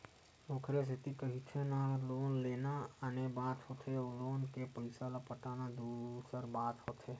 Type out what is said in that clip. ओखरे सेती कहिथे ना लोन लेना आने बात होगे अउ लोन के पइसा ल पटाना दूसर बात होगे